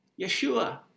Yeshua